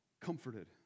comforted